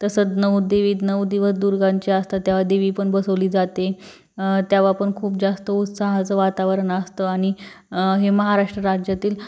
तसंच नऊ देवी नऊ दिवस दुर्गांचे असतात तेव्हा देवी पण बसवली जाते तेव्हा पण खूप जास्त उत्साहाचं वातावरण असतं आणि हे महाराष्ट्र राज्यातील